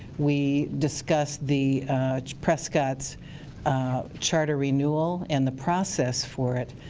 we discuss the prescott charter renewal and the process for it.